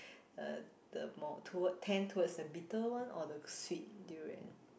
uh the more to tend towards the bitter one or the sweet durian